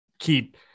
keep